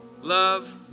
love